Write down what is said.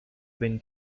been